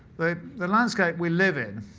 the the landscape we live in